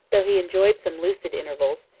though he enjoyed some lucid intervals,